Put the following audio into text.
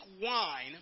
wine